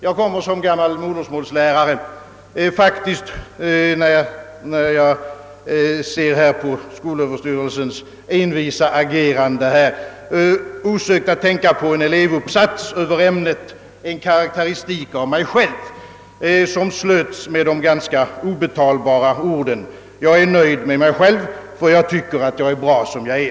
Jag kommer som gammal modersmålslärare, när jag betraktar skolöverstyrelsens envisa agerande här, osökt att tänka på en elevuppsats över ämnet »En karaktäristik av mig själv», som slöts med de ganska obetalbara orden: Jag är nöjd med mig själv och tycker jag är bra som jag är.